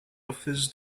offers